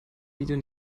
video